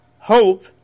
Hope